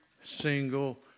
single